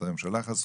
משרדי הממשלה חסכו.